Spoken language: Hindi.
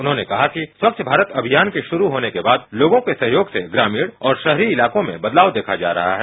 उन्होंने कहा कि स्वच्छ भारत अमियान के शुरू होने के बाद लोगों से सहयोग से ग्रामीण और शहरी इलाकों में बदलाव देखा जा सकता है